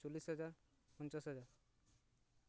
ᱪᱚᱞᱞᱤᱥ ᱦᱟᱡᱟᱨ ᱯᱚᱧᱪᱟᱥ ᱦᱟᱡᱟᱨ